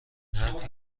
حرفی